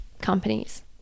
companies